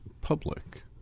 public